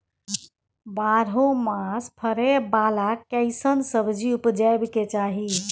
बारहो मास फरै बाला कैसन सब्जी उपजैब के चाही?